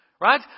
Right